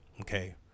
Okay